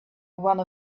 one